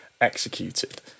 executed